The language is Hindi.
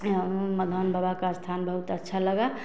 माधवानन्द बाबा का स्थान बहुत अच्छा लगा